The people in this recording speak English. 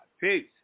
Peace